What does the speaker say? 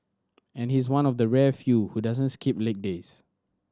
and he's one of the rare few who doesn't skip leg days